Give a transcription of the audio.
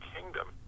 kingdom